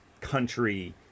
country